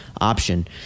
option